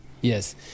Yes